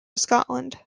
scotland